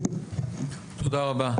תודה רבה.